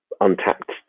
untapped